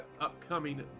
Upcoming